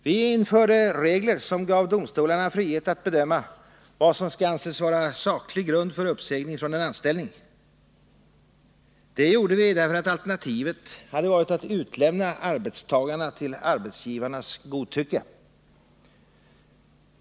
Vi införde regler som gav domstolarna frihet att bedöma vad som skall anses vara saklig grund för uppsägning från anställning. Det gjorde vi därför att alternativet hade varit att utlämna arbetstagarna till arbetsgivarnas godtycke.